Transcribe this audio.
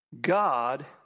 God